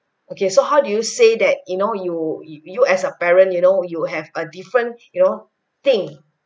okay so how do you say that you know you you as a parent you know you have a different you know thing